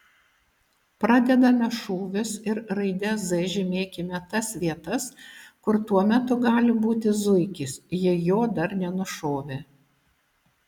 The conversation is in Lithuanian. pradedame šūvius ir raide z žymėkime tas vietas kur tuo metu gali būti zuikis jei jo dar nenušovė